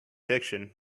fiction